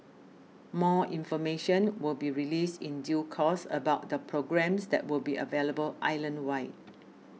more information will be released in due course about the programmes that will be available island wide